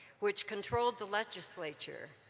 which controlled the legislature.